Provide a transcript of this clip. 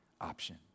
option